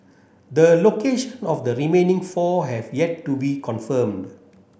the location of the remaining four have yet to be confirmed